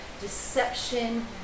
deception